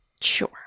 Sure